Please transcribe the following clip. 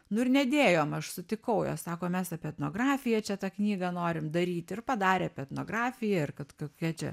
nu ir nedėjom aš sutikau jos sako mes apie etnografiją čia tą knygą norim daryt ir padarė apie etnografiją ir kad kokia čia